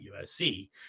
USC